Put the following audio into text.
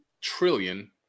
trillion